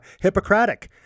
Hippocratic